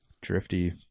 drifty